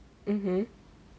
mmhmm